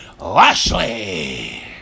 Lashley